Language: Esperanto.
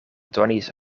donis